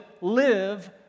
live